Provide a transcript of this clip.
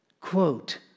Quote